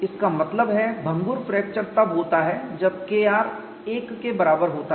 इसका मतलब है भंगुर फ्रैक्चर तब होता है जब Kr 1 के बराबर होता है